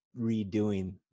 redoing